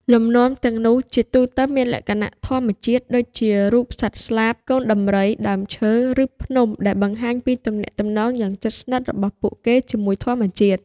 លំនាំទាំងនោះជាទូទៅមានលក្ខណៈធម្មជាតិ ដូចជា រូបសត្វស្លាប កូនដំរី ដើមឈើ ឬភ្នំ ដែលបង្ហាញពីទំនាក់ទំនងយ៉ាងជិតស្និទ្ធរបស់ពួកគេជាមួយធម្មជាតិ។